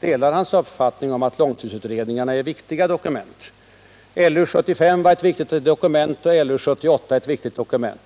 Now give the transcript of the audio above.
delar hans uppfattning att långtidsutredningar är viktiga dokument. LU 75 var ett viktigt dokument, och LU 78 är ett viktigt dokument.